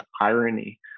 irony